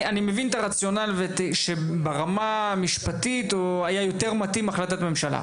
אני מבין את הרציונל שברמה המשפטית היה יותר מתאים החלטת ממשלה,